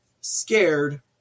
scared